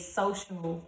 social